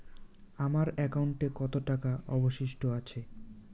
আমার একাউন্টে কত টাকা অবশিষ্ট আছে?